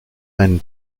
einen